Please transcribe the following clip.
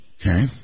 Okay